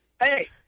hey